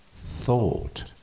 thought